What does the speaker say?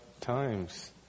times